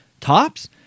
tops